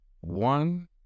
one